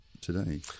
today